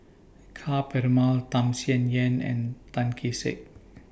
Ka Perumal Tham Sien Yen and Tan Kee Sek